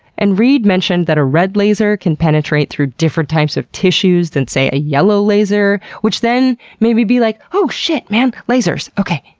and reid mentioned that a red laser can penetrate through different types of tissues than say, a yellow laser which then made me be like oh shit man, lasers. okay.